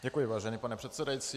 Děkuji, vážený pane předsedající.